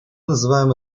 называем